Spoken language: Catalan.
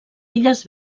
illes